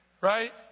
Right